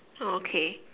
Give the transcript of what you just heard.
oh okay